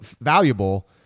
valuable